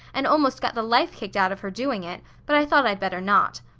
and almost got the life kicked out of her doing it, but i thought i'd better not.